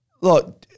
Look